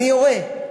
אני יורה.